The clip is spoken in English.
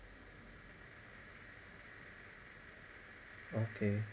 okay